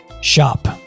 shop